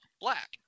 black